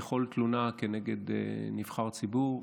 ככל תלונה כנגד נבחר ציבור,